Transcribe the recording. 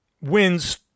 wins